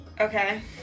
Okay